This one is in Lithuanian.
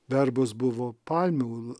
darbas buvo palmių